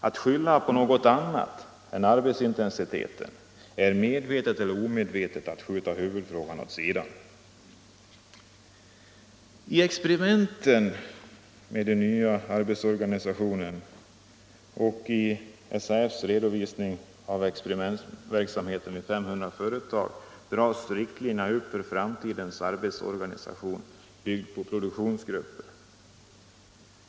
Att skylla på något annat än arbetsintensiteten är att medveten eller omedvetet skjuta huvudfrågan åt sidan. I experimenten med ny arbetsorganisation och i SAF:s redovisning av experimentverksamheten vid 500 företag dras riktlinjer upp för framtidens arbetsorganisation byggd på produktionsgrupper.